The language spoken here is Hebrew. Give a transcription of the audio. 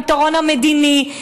הפתרון המדיני,